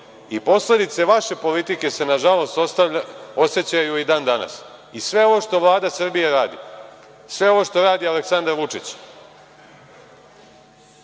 I posledice vaše politike se nažalost osećaju i dan danas. I sve ovo što Vlada Srbije radi, sve ovo što radi Aleksandar Vučić,